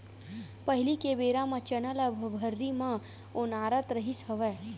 पहिली के बेरा म चना ल भर्री म ओनारत रिहिस हवय